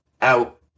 out